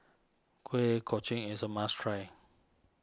Kuih Kochi is a must try